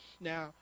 now